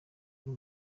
rero